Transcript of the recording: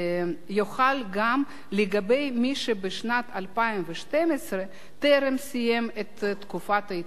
יוחל גם לגבי מי שבשנת 2012 טרם סיים את תקופת ההתמחות,